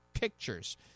pictures